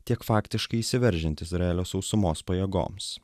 tiek faktiškai įsiveržiant izraelio sausumos pajėgoms